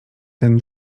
ten